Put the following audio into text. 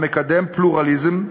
המקדם פלורליזם,